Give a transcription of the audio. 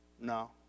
no